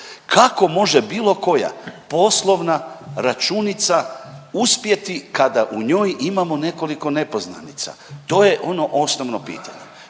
Kako može bilo koja poslovna računica uspjeti kada u njoj imamo nekoliko nepoznanica, to je ono osnovno pitanje.